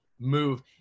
move